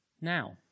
Now